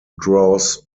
draws